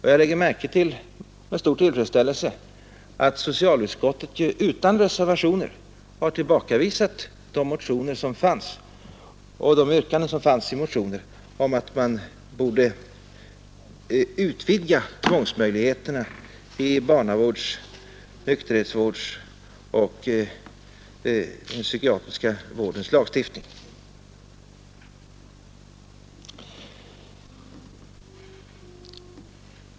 Jag lägger med stor tillfredsställelse märke till att socialutskottet utan reservationer har tillbakavisat de yrkanden som fanns i motioner om att man borde utvidga tvångsmöjligheterna i barnavårds-, nykterhetsvårdsoch den psykiatriska vårdens lagstiftning.